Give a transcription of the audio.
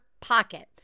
pocket